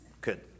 Good